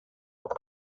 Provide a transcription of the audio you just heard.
och